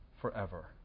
forever